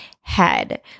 head